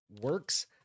works